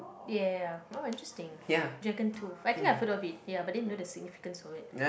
ya ya ya oh interesting dragon tooth I think I put a bit ya but then know the significant of it